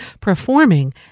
performing